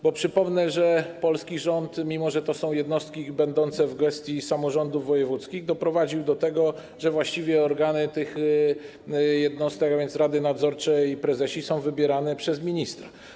Bo przypomnę, że polski rząd, mimo że to są jednostki będące w gestii samorządów wojewódzkich, doprowadził do tego, że właściwie organy tych jednostek, a więc rady nadzorcze i prezesi, są wybierane przez ministra.